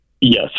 Yes